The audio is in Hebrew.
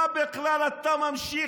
מה בכלל אתה ממשיך?